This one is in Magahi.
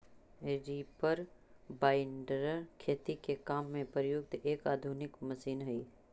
रीपर बाइन्डर खेती के काम में प्रयुक्त एक आधुनिक मशीन हई